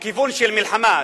לכיוון של מלחמה,